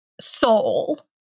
soul